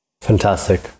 Fantastic